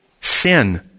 sin